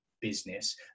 business